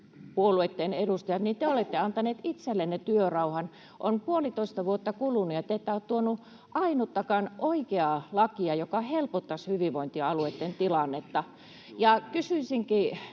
hallituspuolueitten edustajat olette antaneet itsellenne työrauhan. On puolitoista vuotta kulunut, ja te ette ole tuoneet ainuttakaan oikeaa lakia, joka helpottaisi hyvinvointialueitten tilannetta.